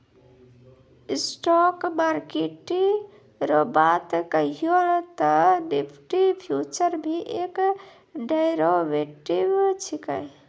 stock market रो बात कहियो ते निफ्टी फ्यूचर भी एक डेरीवेटिव छिकै